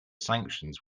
sanctions